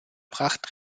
pracht